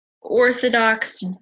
orthodox